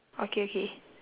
okay okay